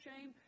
shame